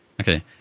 Okay